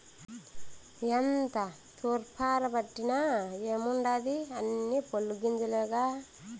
ఎంత తూర్పారబట్టిన ఏముండాది అన్నీ పొల్లు గింజలేగా